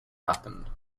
happened